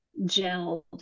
gelled